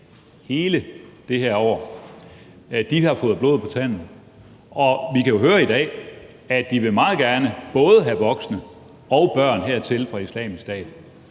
hele det her år, har fået blod på tanden, og vi kan jo høre i dag, at de meget gerne både vil have voksne og børn hertil fra Islamisk Stat.